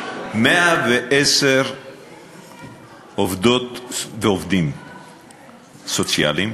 110 עובדות ועובדים סוציאליים